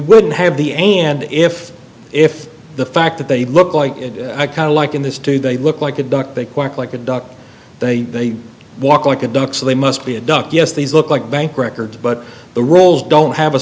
wouldn't have the and if if the fact that they look like i kind of liken this to they look like a duck they quack like a duck they walk like a duck so they must be a duck yes these look like bank records but the roles don't have a